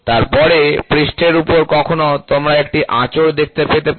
তারপরে পৃষ্ঠের উপর কখনো তোমরা একটি আঁচড় দেখতে পেতে পারো